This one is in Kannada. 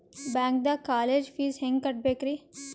ಬ್ಯಾಂಕ್ದಾಗ ಕಾಲೇಜ್ ಫೀಸ್ ಹೆಂಗ್ ಕಟ್ಟ್ಬೇಕ್ರಿ?